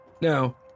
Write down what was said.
Now